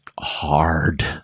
hard